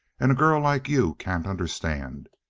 and a girl like you can't understand.